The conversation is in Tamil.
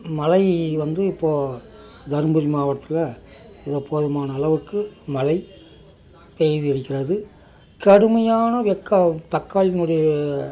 மழை வந்து இப்போ தர்மபுரி மாவட்டத்தில் ஏதோ போதுமான அளவுக்கு மழை பெய்து இருக்கிறது கடுமையான வெக்க தக்காய்னுடைய